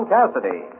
Cassidy